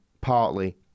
partly